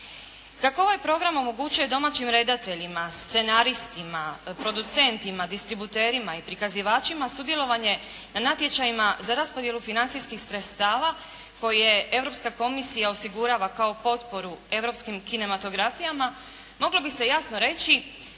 Kako ovaj program omogućuje domaćim redateljima, scenaristima, producentima, distributerima i prikazivačima sudjelovanje na natječajima za raspodjelu financijskih sredstava koji Europska komisija osigurava kao potporu europskim kinematografijama moglo bi se jasno reći,